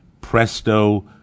presto